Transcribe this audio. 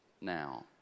now